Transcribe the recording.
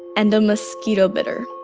and a mosquito bit her.